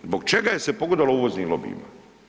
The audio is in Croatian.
Zbog čega je se pogodovalo uvoznim lobijima?